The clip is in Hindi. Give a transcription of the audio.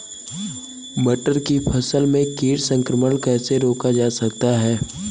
मटर की फसल में कीट संक्रमण कैसे रोका जा सकता है?